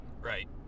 Right